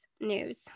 news